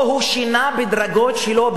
או שהוא שינה בדרגות שלו,